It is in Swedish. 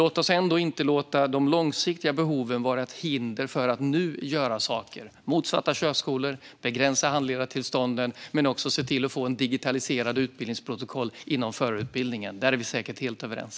Låt oss dock inte låta de långsiktiga behoven vara ett hinder för att nu vidta åtgärder mot svarta körskolor och för att begränsa handledartillstånden och få ett digitaliserat utbildningsprotokoll inom förarutbildningen. Här är vi säkert helt överens.